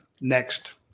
next